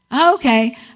Okay